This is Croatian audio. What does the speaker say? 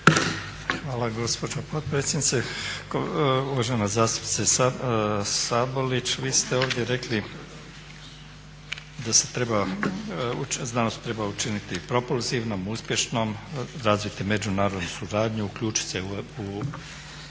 Hvala gospođo potpredsjednice. Uvažena zastupnice Sabolić, vi ste ovdje rekli da se treba, znanost treba učiniti propulzivnom, uspješnom, razviti međunarodnu suradnju, uključiti se u